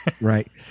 Right